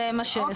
זה מה שסעיף (2).